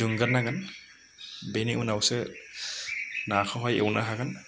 दुंग्रोनांगोन बेनि उनावसो नाखौहाय एवनो हागोन